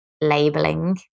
labeling